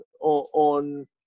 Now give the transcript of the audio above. on